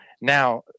Now